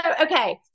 okay